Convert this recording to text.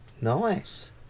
Nice